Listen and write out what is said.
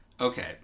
Okay